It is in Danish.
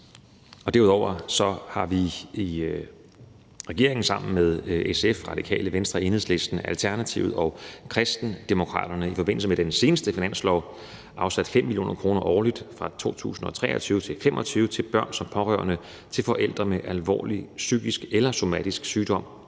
Derudover har vi i regeringen sammen med SF, Radikale Venstre, Enhedslisten, Alternativet og Kristendemokraterne i forbindelse med den seneste finanslov afsat 5 mio. kr. årligt fra 2023 til 2025 til børn som pårørende til forældre med alvorlig psykisk eller somatisk sygdom